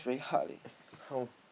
how